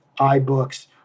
iBooks